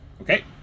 Okay